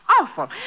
awful